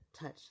touch